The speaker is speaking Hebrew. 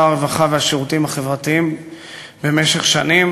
הרווחה והשירותים החברתיים במשך שנים.